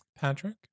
Patrick